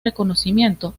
reconocimiento